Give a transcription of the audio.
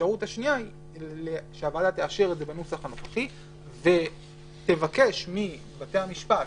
הוועדה תאשר את זה בנוסח הנוכחי ותבקש מבתי המשפט